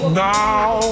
now